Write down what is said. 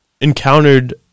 encountered